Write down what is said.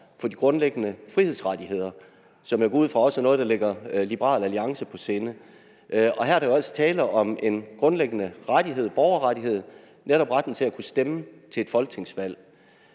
for de grundlæggende frihedsrettigheder, som jeg går ud fra også er noget, der ligger Liberal Alliance på sinde. Her er der jo altså tale om en grundlæggende borgerrettighed, nemlig retten til at kunne stemme til et folketingsvalg.